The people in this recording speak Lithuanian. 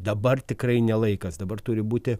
dabar tikrai ne laikas dabar turi būti